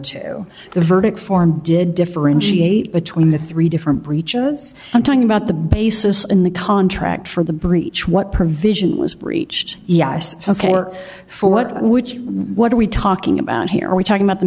two the verdict form did differentiate between the three different breaches i'm talking about the basis in the contract for the breach what provision was breached ok or for what which what are we talking about here are we talking about the